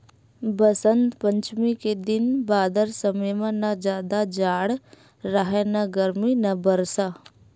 बसंत पंचमी के दिन बादर समे म न जादा जाड़ राहय न गरमी न बरसा